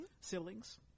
siblings